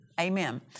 Amen